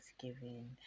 thanksgiving